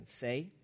say